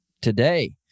today